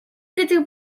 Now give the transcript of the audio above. гэдэг